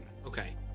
Okay